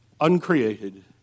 uncreated